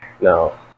No